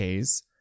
Ks